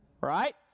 Right